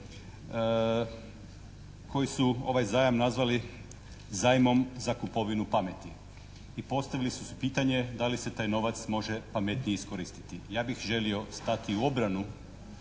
koji su ovaj zajam nazvali zajmom za kupovinu pameti i postavili su pitanje da li se taj novac može pametnije iskoristiti. Ja bih želio stati u obranu